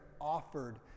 offered